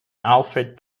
alford